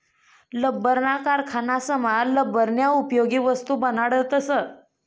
लब्बरना कारखानासमा लब्बरन्या उपयोगी वस्तू बनाडतस